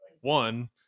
one